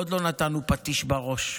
עוד לא נתנו פטיש בראש.